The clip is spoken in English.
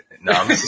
no